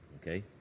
Okay